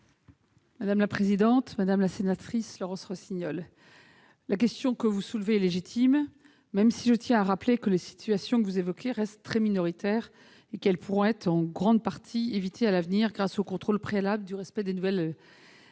La parole est à Mme la ministre. La question que vous soulevez est légitime même si je tiens à rappeler que les situations que vous évoquez restent très minoritaires et qu'elles pourront être en grande partie évitées à l'avenir grâce au contrôle préalable du respect des nouvelles obligations